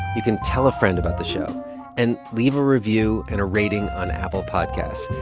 you can tell a friend about the show and leave a review and a rating on apple podcasts.